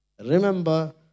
Remember